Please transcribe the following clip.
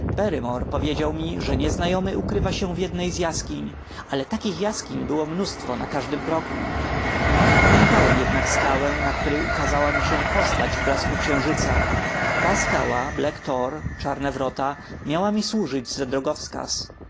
powiedział mi że nieznajomy ukrywa się w jednej z jaskiń ale takich jaskiń było mnóstwo na każdym kroku pamiętałem jednak skałę na której ukazała mi się postać w blasku księżyca ta skała black tor czarne wrota miała mi służyć za drogowskaz